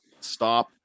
stop